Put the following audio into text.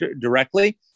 directly